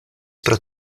pro